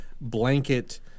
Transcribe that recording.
blanket